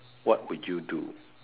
what would you do